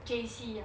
J_C ah